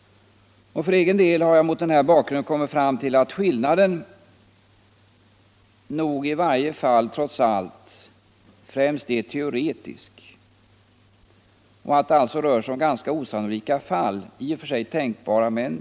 För egen del har jag mot denna bakgrund kommit fram till att skillnaden trots allt främst är teoretisk och att det således rör sig om ganska osannolika, fast i och för sig tänkbara fall.